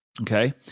Okay